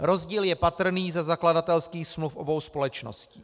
Rozdíl je patrný ze zakladatelských smluv obou společností.